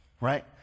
Right